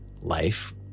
life